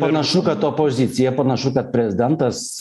panašu kad opozicija panašu kad prezidentas